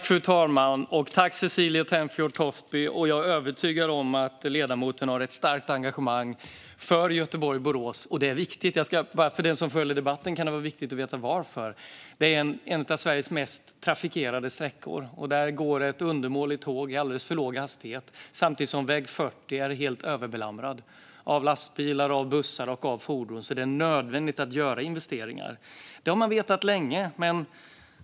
Fru talman! Tack, Cecilie Tenfjord Toftby! Jag är övertygad om att ledamoten har ett starkt engagemang för Göteborg-Borås. Det är viktigt. För den som följer debatten kan det vara viktigt att veta varför. Det är en av Sveriges mest trafikerade sträckor. Där går ett undermåligt tåg i alldeles för låg hastighet samtidigt som väg 40 är helt överbelamrad med lastbilar, bussar och andra fordon. Det är alltså nödvändigt att göra investeringar. Det har man vetat länge.